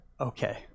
okay